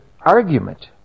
argument